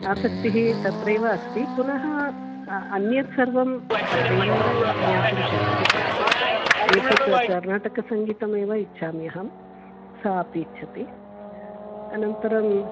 आसक्तिः तत्रैव अस्ति पुनः अन्यत् सर्वं तथैव ज्ञातुं शक्यते एतत् कर्णाटकसङ्गीतमेव इच्छामि अहं सा अपि इच्छति अनन्तरम्